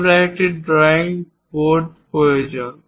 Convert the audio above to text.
আমরা একটি drawing board প্রয়োজন